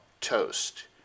toast